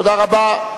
תודה רבה.